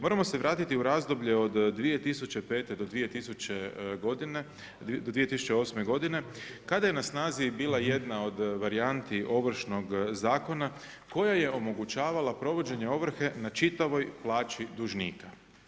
Moramo se vratiti u razdoblje od 2005. do 2008. godine kada je na snazi bila jedna od varijanti Ovršnog zakona koja je omogućavala provođenje ovrhe na čitavoj plaći dužnika.